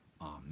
Amen